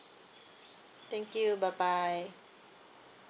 thank you bye bye